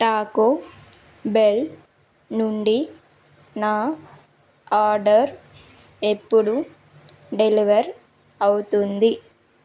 Taco Bell నుండి నా order ఎప్పుడు డెలివర్ అవుతుంది